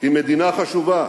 עם מדינה חשובה.